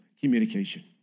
communication